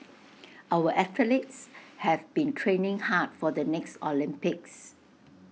our athletes have been training hard for the next Olympics